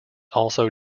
also